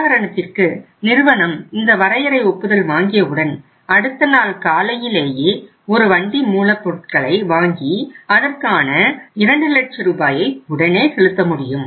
உதாரணத்திற்கு நிறுவனம் இந்த வரையறை ஒப்புதல் வாங்கிய உடன் அடுத்த நாள் காலையிலேயே ஒரு வண்டி மூலப் பொருட்களை வாங்கி அதற்கான 2 லட்ச ரூபாயை உடனே செலுத்த முடியும்